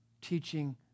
teaching